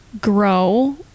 grow